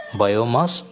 biomass